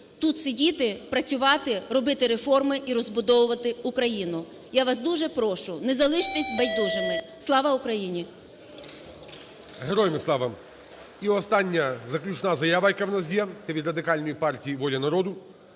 тут сидіти, працювати, робити реформи і розбудовувати Україну. Я вас дуже прошу, не залиштесь байдужими. Слава Україні! ГОЛОВУЮЧИЙ. Героям слава! І остання заключна заява, яка у нас є, це від Радикальної партії і "Воля народу".